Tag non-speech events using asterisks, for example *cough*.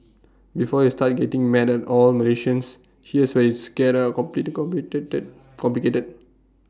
before you start getting mad at all Malaysians here's where it's get A *unintelligible* complicated